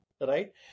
right